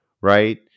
Right